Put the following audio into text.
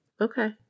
okay